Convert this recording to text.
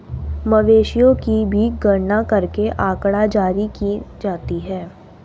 मवेशियों की भी गणना करके आँकड़ा जारी की जाती है